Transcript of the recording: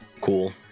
Cool